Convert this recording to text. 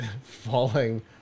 falling